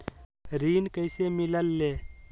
ऋण कईसे मिलल ले?